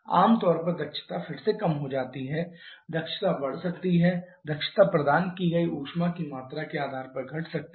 आम तौर पर दक्षता फिर से कम हो जाती है दक्षता बढ़ सकती है दक्षता प्रदान की गई ऊष्मा की मात्रा के आधार पर घट सकती है